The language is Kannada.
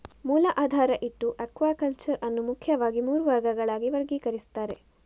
ಮೂಲ ಆಧಾರ ಇಟ್ಟು ಅಕ್ವಾಕಲ್ಚರ್ ಅನ್ನು ಮುಖ್ಯವಾಗಿ ಮೂರು ವರ್ಗಗಳಾಗಿ ವರ್ಗೀಕರಿಸ್ತಾರೆ